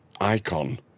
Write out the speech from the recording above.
icon